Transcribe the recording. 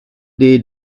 day